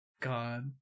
God